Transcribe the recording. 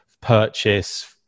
purchase